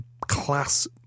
class